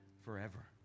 forever